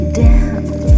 down